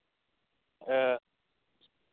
ᱮᱜ